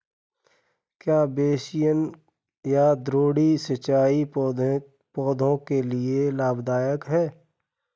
क्या बेसिन या द्रोणी सिंचाई पौधों के लिए लाभदायक है?